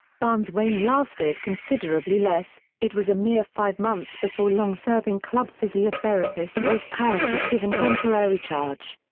barnes' reign lasted considerably less, it was a mere five months before long-serving club physiotherapist les parry was given temporary charge.